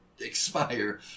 expire